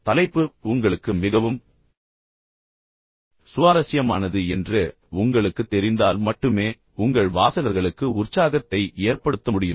தலைப்பு உங்களுக்கு மிகவும் சுவாரஸ்யமானது என்று உங்களுக்குத் தெரிந்தால் மட்டுமே உங்கள் வாசகர்களுக்கு உற்சாகத்தை ஏற்படுத்த முடியும்